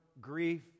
grief